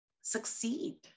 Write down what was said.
succeed